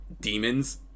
demons